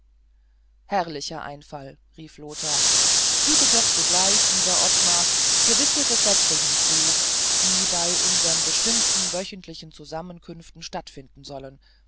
herrlicher einfall rief lothar füge doch noch sogleich lieber ottmar gewisse gesetze hinzu die bei unsern bestimmten wöchentlichen zusammenkünften stattfinden sollen